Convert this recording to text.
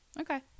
Okay